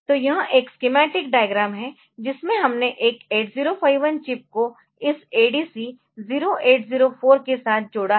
तो यह एक स्कीमैटिक डायग्राम है जिसमें हमने एक 8051 चिप को इस ADC 0804 के साथ जोड़ा है